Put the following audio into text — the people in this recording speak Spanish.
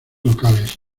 locales